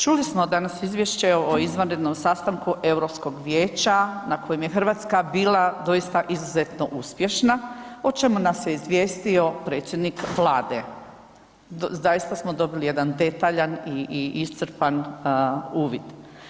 Čuli smo danas Izvješće o izvanrednom sastanku Europskog vijeća na kojem je Hrvatska bila doista izuzetno uspješna o čemu nas je izvijestio predsjednik Vlade, zaista smo dobili jedan detaljan i iscrpan uvid.